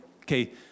Okay